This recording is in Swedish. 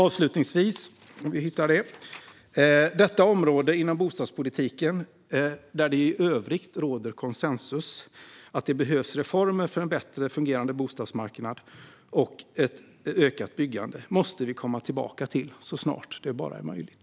Avslutningsvis: Detta är ett område inom bostadspolitiken där det i övrigt råder konsensus. Att det behövs reformer för en bättre fungerande bostadsmarknad och ett ökat byggande måste vi komma tillbaka till så snart det bara är möjligt.